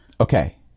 Okay